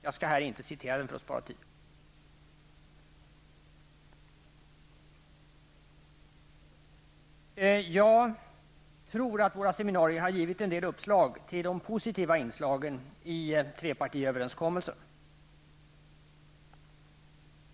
För att spara tid skall jag inte citera ur den. Jag tror att våra seminarier har gett en del uppslag till de positiva inslagen i trepartiöverenskommelsen.